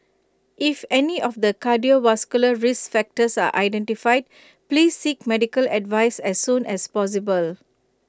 if any of the cardiovascular risk factors are identified please seek medical advice as soon as possible